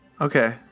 Okay